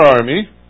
army